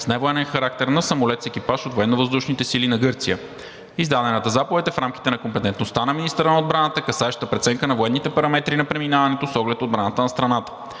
с невоенен характер на самолет с екипаж от Военновъздушните сили на Гърция. Издадената заповед е в рамките на компетентността на министъра на отбраната, касаеща преценка на военните параметри на преминаването с оглед отбраната на страната.